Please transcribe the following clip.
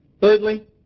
Thirdly